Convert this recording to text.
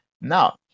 Now